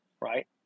right